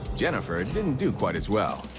jennifer didn't do quite as well.